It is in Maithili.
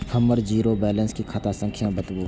हमर जीरो बैलेंस के खाता संख्या बतबु?